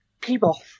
people